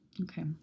Okay